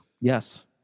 Yes